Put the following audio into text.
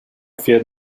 fear